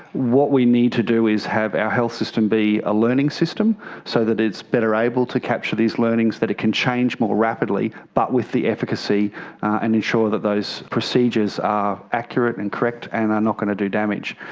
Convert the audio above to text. what we need to do is have our health system be a learning system so that it's better able to capture these learnings that it can change more rapidly but with the efficacy and ensure that those procedures are accurate and correct and are not going to do damage.